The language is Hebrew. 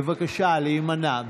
בבקשה, להימנע.